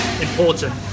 important